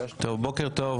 בוקר טוב,